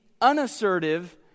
unassertive